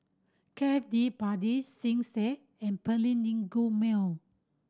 Cafe De Paris Schick and Perllini Mel